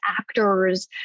actors